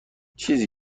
چیزی